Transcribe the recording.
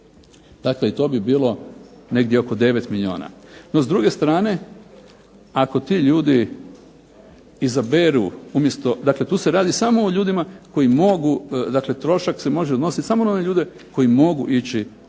Dakle, to bi bilo negdje oko 9 milijuna. No s druge strane ako ti ljudi izaberu, dakle trošak se može odnositi samo na one ljude koji mogu ići